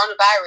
coronavirus